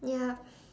ya